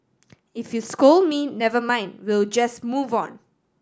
if you scold me never mind we'll just move on